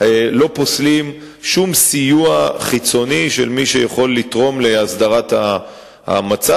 לא פוסלים שום סיוע חיצוני של מי שיכול לתרום להסדרת המצב,